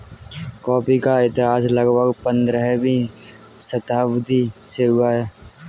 coffee का इतिहास लगभग पंद्रहवीं शताब्दी से शुरू हुआ है